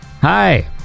Hi